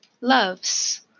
loves